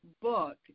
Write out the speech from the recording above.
book